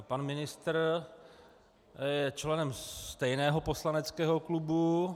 Pan ministr je členem stejného poslaneckého klubu.